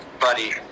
buddy